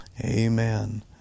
amen